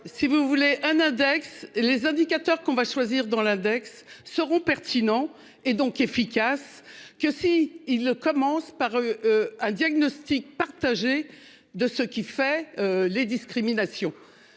si vous voulez un index les indicateurs qu'on va choisir dans l'index seront pertinent et donc efficaces que si ils ne commence par. Un diagnostic partagé de ce qu'il fait les discriminations.